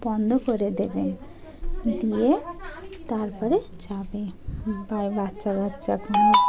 বন্ধ করে দেবেন দিয়ে তারপরে যাবে বা